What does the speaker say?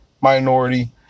minority